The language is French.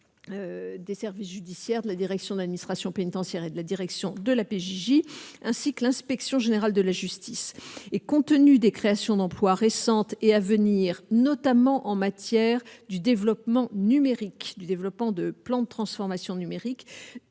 des services judiciaires, de la direction de l'administration pénitentiaire et de la direction de la PJJ, ainsi que l'inspection générale de la justice, et compte tenu des créations d'emplois récentes et à venir, notamment en matière du développement numérique du développement de plan de transformation numérique